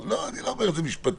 אני לא אומר את זה משפטית.